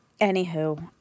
Anywho